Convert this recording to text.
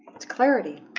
it's clarity